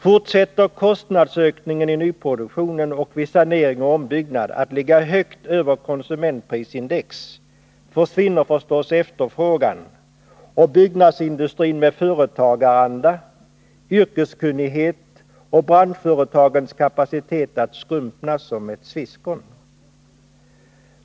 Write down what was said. Fortsätter kostnaderna i nyproduktionen och vid sanering och ombyggnad att ligga högt över konsumentprisindex försvinner förstås efterfrågan, och byggnadsindustrin med dess företagaranda och yrkeskunnighet samt branschföretagen med deras kapacitet kommer att skrumpna som ett sviskon.